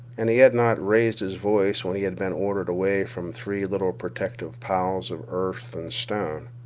and he had not raised his voice when he had been ordered away from three little protective piles of earth and stone,